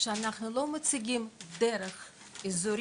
שבו אנחנו לא מציגים יותר דרך אזורית,